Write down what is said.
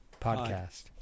Podcast